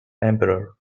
emperor